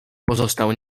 pozostał